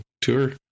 tour